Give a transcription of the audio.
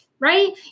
Right